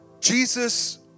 Jesus